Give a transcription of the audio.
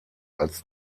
als